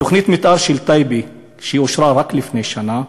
תוכנית המתאר של טייבה, שאושרה רק לפני שנה,